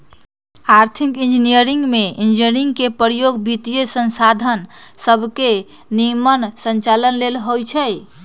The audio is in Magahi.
आर्थिक इंजीनियरिंग में इंजीनियरिंग के प्रयोग वित्तीयसंसाधन सभके के निम्मन संचालन लेल होइ छै